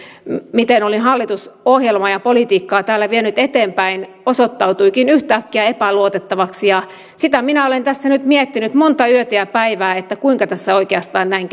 miten olin hallitusohjelmaa ja politiikkaa täällä vienyt eteenpäin osoittautuikin yhtäkkiä epäluotettavaksi ja sitä minä olen tässä nyt miettinyt monta yötä ja päivää että kuinka tässä oikeastaan näin